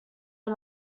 are